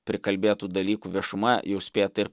prikalbėtų dalykų viešuma jau spėta ir